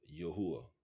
Yahuwah